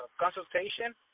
consultation